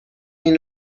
این